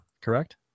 correct